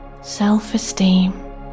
self-esteem